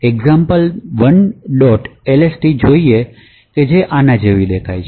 lst જોઈએ જે આના જેવો દેખાય છે